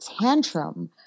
tantrum